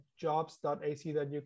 jobs.ac.uk